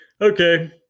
okay